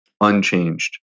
unchanged